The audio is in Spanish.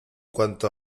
cuanto